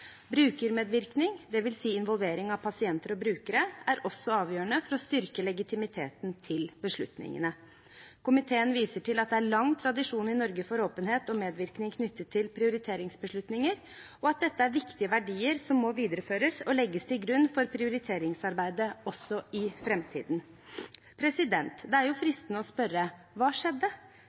Brukermedvirkning, det vil si involvering av pasienter og brukere, er også avgjørende for å styrke legitimiteten til beslutningene. Komiteen viser til at det er lang tradisjon i Norge for åpenhet og medvirkning knyttet til prioriteringsbeslutninger, og at dette er viktige verdier som må videreføres og legges til grunn for prioriteringsarbeidet også i fremtiden.» Det er jo fristende å spørre: Hva skjedde?